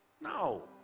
No